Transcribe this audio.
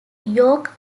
york